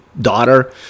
daughter